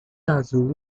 azul